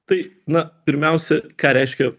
tai na pirmiausia ką reiškia